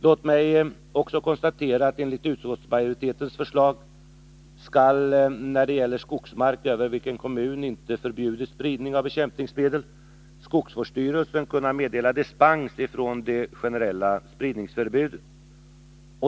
Låt mig också konstatera att enligt utskottsmajoritetens förslag skall, när det gäller skogsmark över vilken kommunen inte förbjudit spridning av bekämpningsmedel, skogsvårdsstyrelsen kunna meddela dispens från det generella spridningsförbudet.